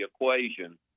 equation